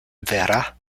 vera